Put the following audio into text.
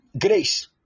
Grace